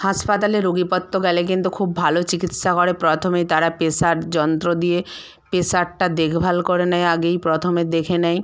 হাসপাতালে রোগী পত্র গেলে কিন্তু খুব ভালো চিকিৎসা করে প্রথমেই তারা প্রেসার যন্ত্র দিয়ে প্রেসারটা দেখভাল করে নেয় আগেই প্রথমে দেখে নেয়